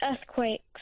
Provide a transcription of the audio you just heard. Earthquakes